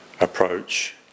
approach